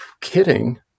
kidding